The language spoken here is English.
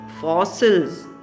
fossils